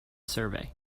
survey